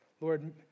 Lord